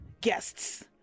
guests